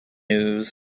news